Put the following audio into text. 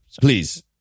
please